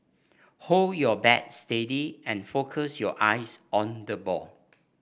hold your bat steady and focus your eyes on the ball